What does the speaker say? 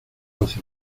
hacia